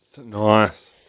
Nice